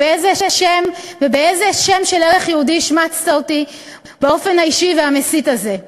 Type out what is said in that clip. ובשם איזה ערך יהודי השמצת אותי באופן האישי והמסית הזה?